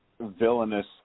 Villainous